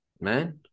Man